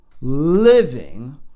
living